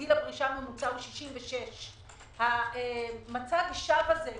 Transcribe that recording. גיל הפרישה הממוצע הוא 66. מצג השווא הזה,